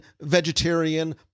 vegetarian